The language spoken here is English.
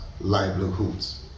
livelihoods